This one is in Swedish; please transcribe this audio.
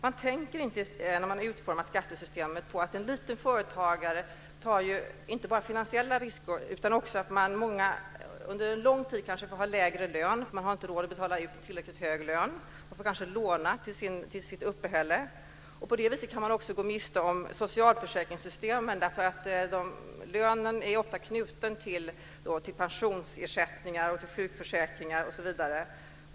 När man har utformat skattesystemet har man inte tänkt på att en liten företagare tar inte bara finansiella risker utan har också ofta lägre lön. De kanske inte har råd att ta ut så hög lön utan får kanske låna till sitt uppehälle. På det viset kan de också gå miste om socialförsäkringsförmåner eftersom lönen ofta är knuten till pensionsersättningar, sjukersättningar osv.